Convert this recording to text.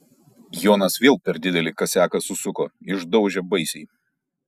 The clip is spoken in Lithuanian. jonas vėl per didelį kasiaką susuko išdaužė baisiai